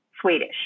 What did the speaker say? Swedish